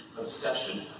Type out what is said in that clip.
obsession